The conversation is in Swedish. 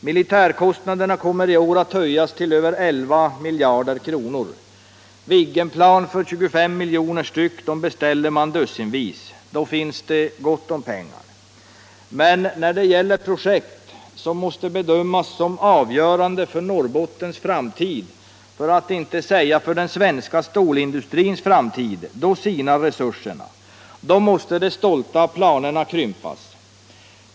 Militärkostnaderna kommer i år att höjas till över 11 miljarder kronor. Viggenplan för 25 milj.kr. per styck beställer man dussinvis. Då finns det alltså gott om pengar. Men när det gäller ett projekt som måste bedömas som avgörande för Norrbottens framtid, och kanske för den svenska stålindustrins framtid, då sinar resurserna. Då måste de stolta planerna krympas.